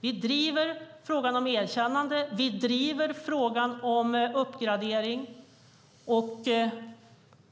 Vi driver frågan om erkännande. Vi driver frågan om uppgradering.